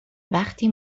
وقتی